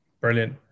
Brilliant